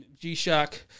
G-Shock